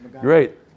Great